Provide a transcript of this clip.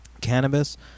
cannabis